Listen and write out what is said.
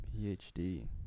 PhD